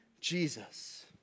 Jesus